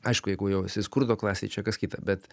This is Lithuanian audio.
aišku jeigu jau esi skurdo klasėj čia kas kita bet